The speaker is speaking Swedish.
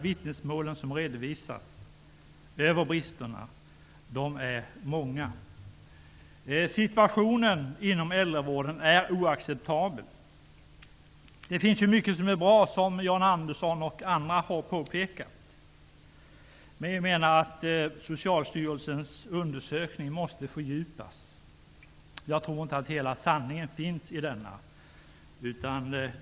Vittnesmålen om bristerna är många. Situationen inom äldrevården är oacceptabel. Det finns mycket som är bra, som Jan Andersson och andra har påpekat, men Socialstyrelsens undersökning måste fördjupas. Jag tror inte att hela sanningen finns i den.